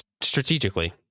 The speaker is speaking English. strategically